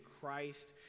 Christ